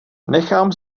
nechám